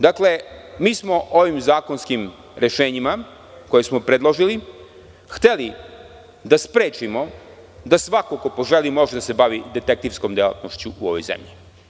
Dakle, mi smo ovim zakonskim rešenjima, koje smo predložili, hteli da sprečimo da svako ko poželi može da se bavi detektivskom delatnošću u ovoj zemlji.